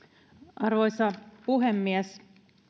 arvoisa puhemies